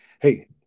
hey